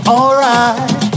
Alright